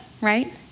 right